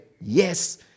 Yes